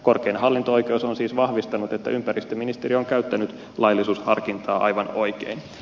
korkein hallinto oikeus on siis vahvistanut että ympäristöministeriö on käyttänyt laillisuusharkintaa aivan oikein